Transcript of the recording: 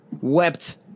wept